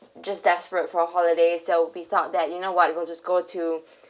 just desperate for a holiday so we thought that you know what we will just go to